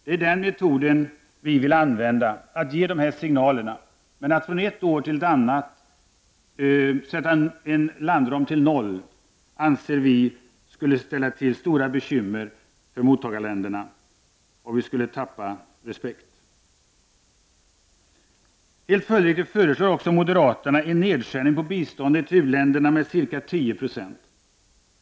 Det är den metod vi vill använda, dvs. att ge dessa signaler. Men att från ett år till ett annat sätta en landram till 0 kr. anser vi skulle ställa till med stora bekymmer för mottagarländerna, och Sverige skulle tappa i respekt. Helt följdriktigt föreslår moderaterna en nedskärning på biståndet till u länderna med ca 10 20.